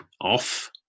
off